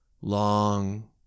long